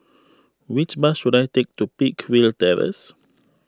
which bus should I take to Peakville Terrace